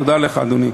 תודה לך, אדוני.